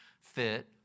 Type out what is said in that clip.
fit